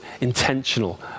intentional